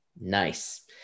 Nice